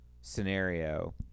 scenario